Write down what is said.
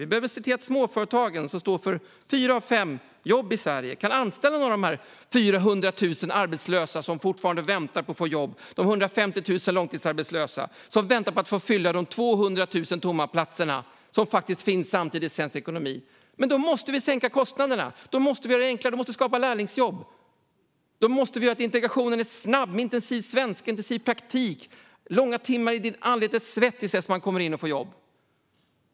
Vi behöver se till att småföretagen, som står för fyra av fem jobb i Sverige, kan anställa några av de 400 000 arbetslösa som fortfarande väntar på att få jobb, de 150 000 långtidsarbetslösa som väntar på att få fylla de 200 000 tomma platserna som det finns utrymme för i svensk ekonomi. Men då måste vi sänka kostnaderna och skapa lärlingsjobb. Integrationen måste bli snabbare med intensivundervisning i svenska och praktik. Det ska vara långa timmar i ditt anletes svett till dess du får jobb.